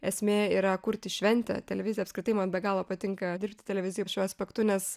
esmė yra kurti šventę televizija apskritai man be galo patinka dirbti televizijoj šiuo aspektu nes